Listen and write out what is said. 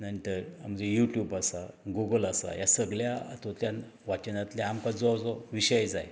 त्यानंतर आमची युट्यूब आसा गुगल आसा ह्या सगल्या हातुंतल्यान वाचनातलें आमकां जो जो विशय जाय